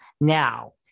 Now